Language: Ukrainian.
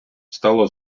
стало